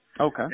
okay